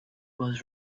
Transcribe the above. was